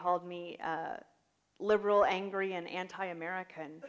called me a liberal angry and anti american